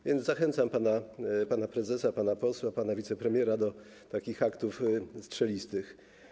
A więc zachęcam pana prezesa, pana posła, pana wicepremiera do takich aktów strzelistych.